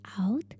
out